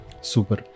Super